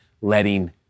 letting